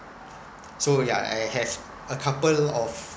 so yeah I have a couple of